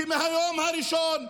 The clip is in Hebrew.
שמהיום הראשון אמרנו: